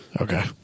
Okay